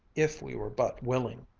if we were but willing.